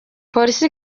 polisi